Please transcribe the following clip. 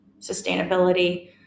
sustainability